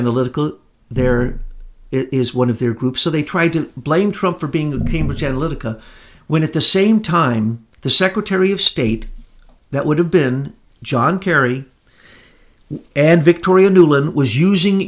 analytical their it is one of their group so they tried to blame trump for being the game which analytical win at the same time the secretary of state that would have been john kerry and victoria nuland was using